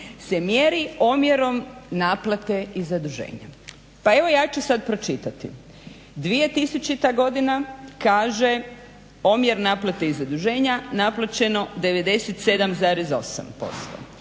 se mjeri omjerom naplate i zaduženja. Pa evo ja ću sad pročitati. 2000. godina kaže omjer naplate i zaduženja, naplaćeno 97,8%,